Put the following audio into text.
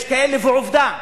יש כאלה, ועובדה,